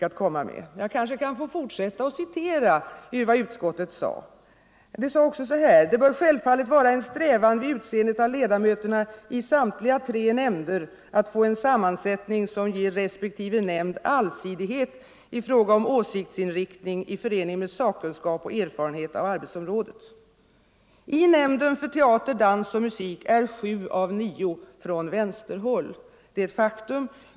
Nr 124 Jag kanske kan få fortsätta att citera vad utskottet anförde, nämligen: Tisdagen den ”Det bör självfallet vara en strävan vid utseendet av ledamöterna i 19 november 1974 samtliga tre nämnder att få en sammansättning som ger respektive nämnd allsidighet i fråga om åsiktsinriktning i förening med sakkunskap och Ang. sammansätterfarenhet av arbetsområdet.” ningen av statens I nämnden för teater, dans och musik är sju av nio ledamöter från — kulturråd vänsterhåll. Det är ett faktum.